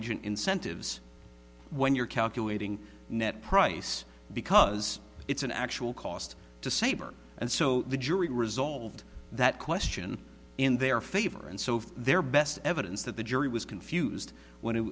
agent incentives when you're calculating net price because it's an actual cost to saber and so the jury resolved that question in their favor and so their best evidence that the jury was confused when it